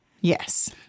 yes